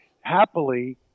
Happily